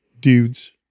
dudes